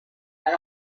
that